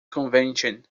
convention